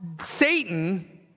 Satan